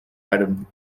adam